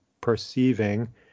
perceiving